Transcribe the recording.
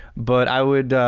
but i would, ah,